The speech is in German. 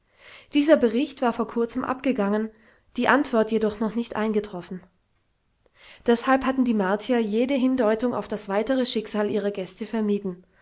dieser bericht war vor kurzem abgegangen die antwort jedoch noch nicht eingetroffen deshalb hatten die martier jede hindeutung auf das weitere schicksal ihrer gäste vermieden